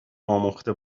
آموخته